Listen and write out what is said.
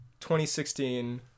2016